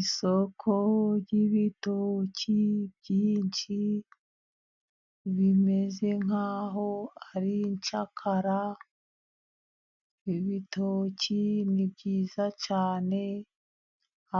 Isoko ry'ibitoki byinshi bimeze nk'aho ari incakara, ibitoki ni byiza cyane,